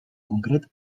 concret